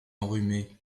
enrhumé